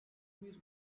bir